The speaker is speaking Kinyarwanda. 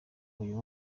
uyu